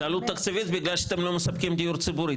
זה עלות תקציבית בגלל שאתם לא מספקים דיור ציבורי.